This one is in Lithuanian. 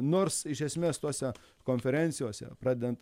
nors iš esmės tose konferencijose pradedant